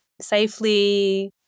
safely